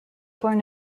born